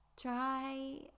try